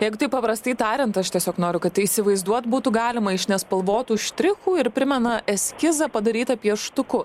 jeigu taip paprastai tariant aš tiesiog noriu kad tai įsivaizduot būtų galima iš nespalvotų štrichų ir primena eskizą padarytą pieštuku